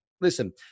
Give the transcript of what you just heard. listen